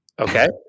Okay